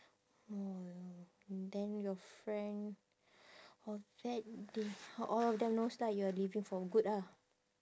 orh then your friend of that they all of them knows lah you are leaving for good ah